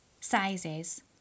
Sizes